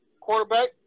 quarterback